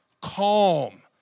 calm